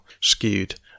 skewed